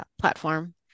platform